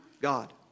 God